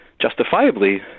justifiably